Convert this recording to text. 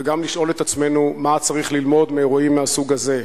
וגם לשאול את עצמנו מה צריך ללמוד מאירועים מהסוג הזה.